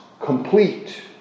complete